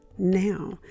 now